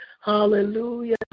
Hallelujah